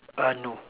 uh no